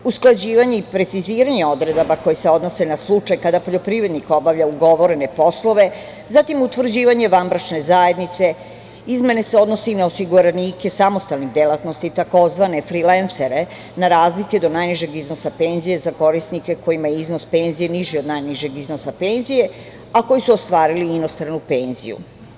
Usklađivanje i preciziranje odredaba koje se odnose na slučaj kada poljoprivrednik obavlja ugovorene poslove, zatim utvrđivanje vanbračne zajednice, izmene se odnose i na osiguranike samostalnih delatnosti tzv. frilensere, na razlike do najnižeg iznosa penzija za korisnike kojima je iznos penzije niži od najnižeg iznosa penzije, a koji su ostvarili inostranu penziju.